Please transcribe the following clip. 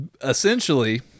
essentially